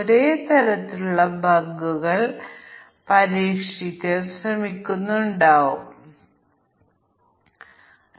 ജീവനക്കാരുടെ സാധുവായ പ്രായം 1 മുതൽ 100 വരെ അല്ലെങ്കിൽ 18 1 മുതൽ 100 വരെയാകാം എന്ന് നമുക്ക് അനുമാനിക്കാം